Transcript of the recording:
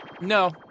No